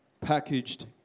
packaged